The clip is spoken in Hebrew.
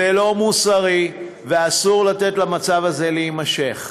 זה לא מוסרי, ואסור לתת למצב הזה להימשך.